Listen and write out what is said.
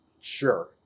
Sure